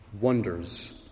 wonders